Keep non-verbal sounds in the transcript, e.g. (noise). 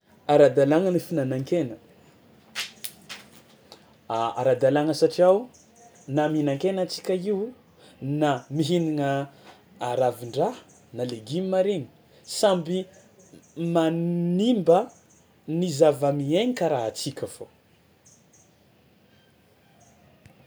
Ara-dalàgna ny fihinanan-kena (noise) (hesitation) ara-dalàna satria o na mihinan-kena antsika io na mihinagna a ravin-draha na legioma regny samby manimba ny zava-miainy karaha antsika fao.